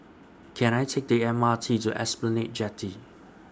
Can I Take The M R T to Esplanade Jetty